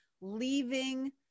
leaving